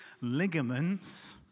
ligaments